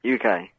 uk